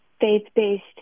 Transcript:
faith-based